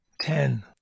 Ten